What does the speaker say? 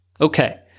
Okay